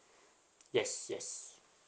yes yes